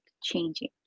changing